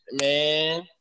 Man